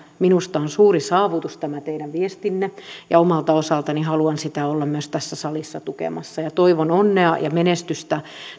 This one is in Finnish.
minusta on suuri saavutus tämä teidän viestinne ja omalta osaltani haluan sitä olla myös tässä salissa tukemassa toivon onnea ja menestystä